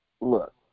look